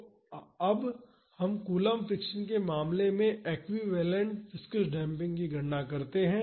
तो अब हम कूलम्ब फ्रिक्शन के मामले में एक्विवैलेन्ट विस्कॉस डेम्पिंग की गणना करते हैं